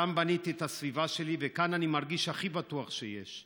כאן בניתי את הסביבה שלי וכאן אני מרגיש הכי בטוח שיש.